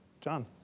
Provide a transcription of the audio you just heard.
John